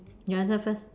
you answer first